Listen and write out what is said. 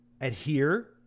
adhere